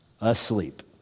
asleep